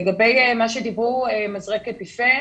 לגבי מזרק אפיפן